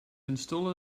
install